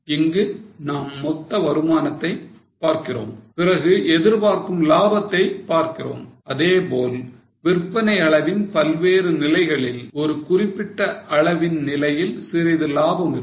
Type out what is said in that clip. இங்கு நாம் மொத்த வருமானத்தை பார்க்கிறோம் பிறகு எதிர்பார்க்கும் லாபத்தை பார்க்கிறோம் அதேபோல் விற்பனை அளவின் பல்வேறு நிலைகளில் ஒரு குறிப்பிட்ட அளவின் நிலையில் சிறிது லாபம் இருக்கும்